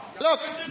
Look